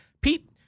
Pete